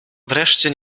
wreszcie